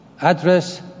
address